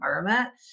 environment